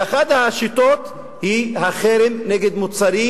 ואחת השיטות היא החרם נגד מוצרים